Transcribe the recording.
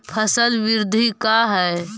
फसल वृद्धि का है?